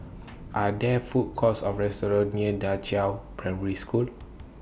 Are There Food Courts Or restaurants near DA Qiao Primary School